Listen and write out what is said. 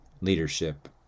leadership